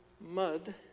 mud